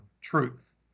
truth